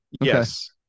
yes